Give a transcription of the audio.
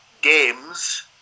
games